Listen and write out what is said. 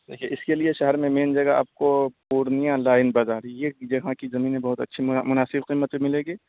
دیکھیے اس کے لیے شہر میں مین جگہ آپ کو پورنیہ لائن بازار یہ جگہ کی زمینیں بہت اچھی مناسب قیمت پہ ملے گی